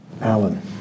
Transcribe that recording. Alan